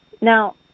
Now